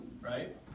right